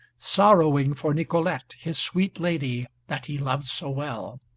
sorrowing for nicolete, his sweet lady that he loved so well.